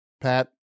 Pat